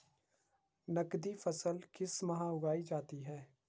नकदी फसल किस माह उगाई जाती है?